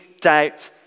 doubt